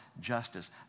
justice